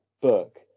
book